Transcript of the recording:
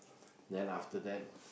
then after that